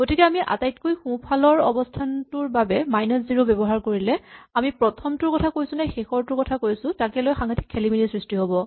গতিকে আমি আটাইতকৈ সোঁফালৰ অৱস্হানটোৰ বাবে মাইনাচ জিৰ' ব্যৱহাৰ কৰিলে আমি প্ৰথমটোৰ কথা কৈছো নে শেষৰটো ৰ কথা কৈছো তাকে লৈ সাংঘাটিক খেলিমেলিৰ সৃষ্টি হ'ব